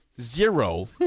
zero